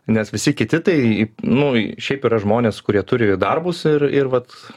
nes visi kiti tai nu šiaip yra žmonės kurie turi darbus ir ir vat